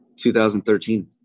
2013